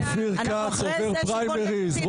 אופיר כץ עובר פריימריז.